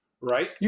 right